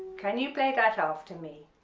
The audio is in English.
can you play that after me